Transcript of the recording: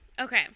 Okay